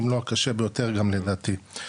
אם לא הקשה ביותר גם לדעתי.